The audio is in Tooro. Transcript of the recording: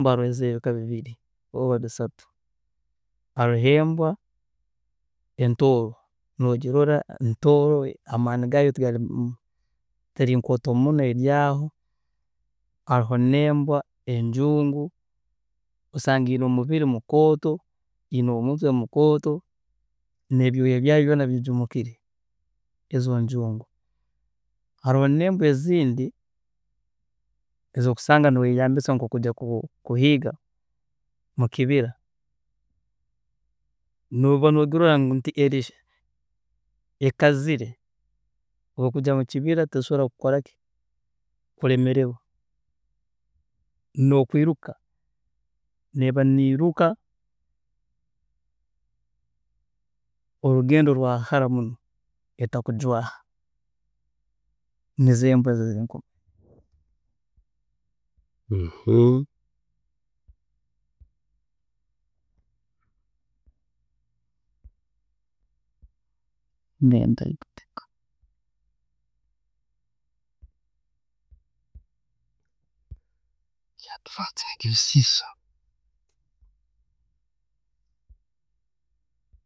Embwa haroho ezebika bibiri oba bisatu, haroho embwa entooro, nogirora ntooro amaani gayo tigari, teri nkooto muno eryaaho, haroho nembwa enjungu, osanga eine omubiri mukooto, eine omutwe mukooto, nebyooya byaayo byoona bijumukire, ezo njungu. Haroho nembwa ezindi ezi okusanga noyeyambisa nkokujya kuhiiga mukibira, nooba nogirola nti eri ekazire, obu ekujya mukibira tesobola kukoraki, kulemererwa, nokwiiruka, neba neiruka orugendo rwahara muno etakujwaaha, nizo embwa ezi manyire.